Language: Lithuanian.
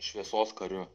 šviesos kariu